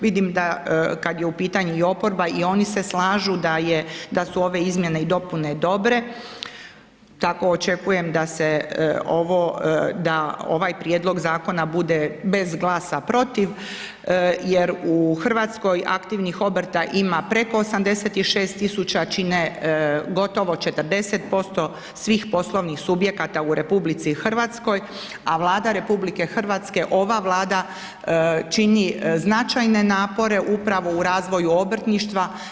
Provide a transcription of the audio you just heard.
Vidim da kad je u pitanju i oporba i oni se slažu da su ove izmjene i dopune dobre tako da očekujem da se ovo, da ovaj prijedlog zakona bude bez glasa protiv jer u Hrvatskoj aktivnih obrta ima preko 86 tisuća, čine gotovo 40% svih poslovnih subjekata u RH, a Vlada RH, ova Vlada čini značajne napore upravo u razvoju obrtništva.